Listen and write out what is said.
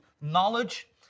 knowledge